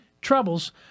troubles